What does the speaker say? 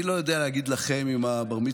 אני לא יודע להגיד לכם אם בר-המצווה